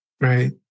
Right